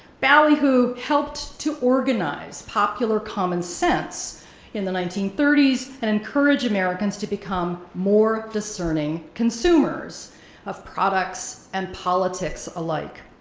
ballyhoo helped to organize popular common sense in the nineteen thirty s and encouraged americans to become more discerning consumers of products and politics alike.